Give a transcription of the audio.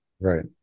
right